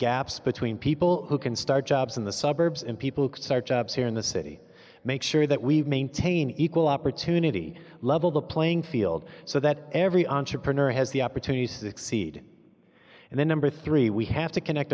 gaps between people who can start jobs in the suburbs and people who start jobs here in the city make sure that we maintain equal opportunity level the playing field so that every entrepreneur has the opportunity to succeed and then number three we have to connect